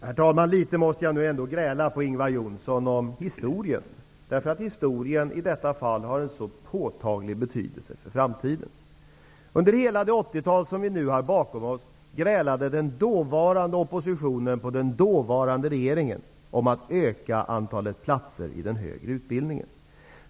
Herr talman! Jag måste ändå gräla litet på Ingvar Johnsson i fråga om historien, därför att historien har i detta fall en påtaglig betydelse för framtiden. Under hela 80-talet grälade oppositionen på den dåvarande regeringen för att den skulle öka antalet platser i den högre utbildningen.